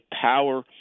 power